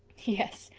yes,